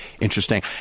interesting